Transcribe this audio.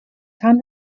time